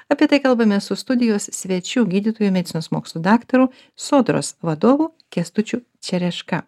apie tai kalbamės su studijos svečiu gydytoju medicinos mokslų daktarų sodros vadovu kęstučiu čereška